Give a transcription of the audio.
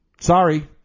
Sorry